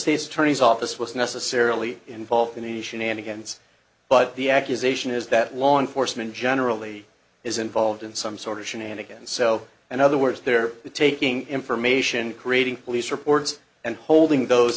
state's attorney's office was necessarily involved in any shenanigans but the accusation is that law enforcement generally is involved in some sort of shenanigans so in other words they're taking information creating police reports and holding those